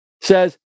says